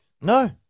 No